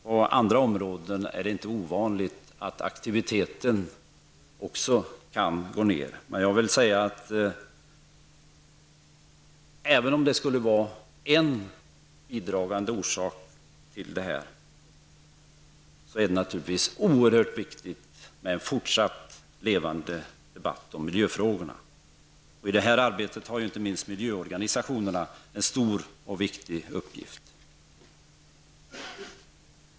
Inte heller på andra områden är det ovanligt att aktiviteten kan gå ner, men jag vill säga att det naturligtvis är oerhört viktigt med en fortsatt levande debatt om miljöfrågorna. I det arbetet har inte minst miljöorganisationerna en stor och viktigt uppgift.